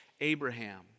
Abraham